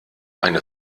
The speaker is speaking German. eine